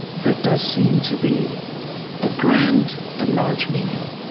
there does seem to be a grand and large meaning.